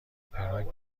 پراگ